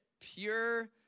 pure